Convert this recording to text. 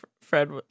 Fred